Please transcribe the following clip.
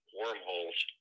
wormholes